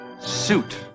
suit